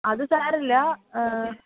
അത് സാരമില്ല